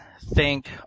thank